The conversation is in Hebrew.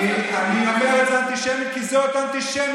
אני אומר שזאת אנטישמיות כי זאת אנטישמיות: